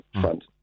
front